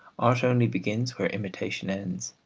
art only begins where imitation ends,